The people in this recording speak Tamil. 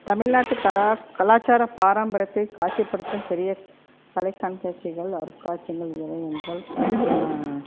தமிழ்நாட்டு கலா கலாச்சார பாரம்பரியத்தை காட்சிப்படுத்தும் பெரிய கலை கண்காட்சிகள் அருங்காட்சியங்கள் எவை என்றால்